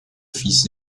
fils